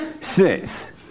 six